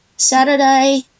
Saturday